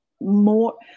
more